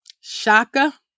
Shaka